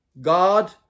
God